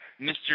Mr